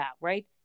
right